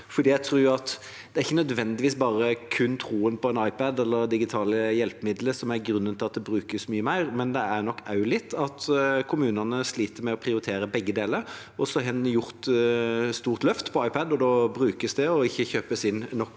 kun er troen på iPad eller digitale hjelpemidler som er grunnen til at det brukes mye mer, det er nok også det at kommunene sliter med å prioritere begge deler. Så har en gjort et stort løft på iPad, det brukes, og det kjøpes ikke